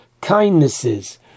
kindnesses